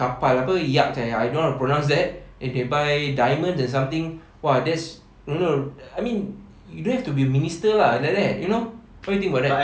kapal apa yacht eh I don't know how to pronounce that if they buy diamonds it's something !wah! that's no no I mean you don't have to be minister lah like that you know what you think about that